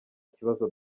kibazo